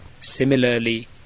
Similarly